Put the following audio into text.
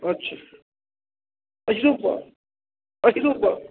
अच्छा अहिरौ बा अहिरौ बा